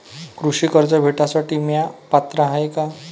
कृषी कर्ज भेटासाठी म्या पात्र हाय का?